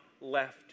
left